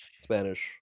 Spanish